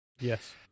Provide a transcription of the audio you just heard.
Yes